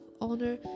honor